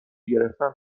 گرفتن